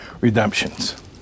redemptions